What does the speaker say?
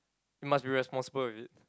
you must be responsible with it